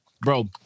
bro